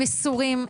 מסורים,